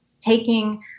taking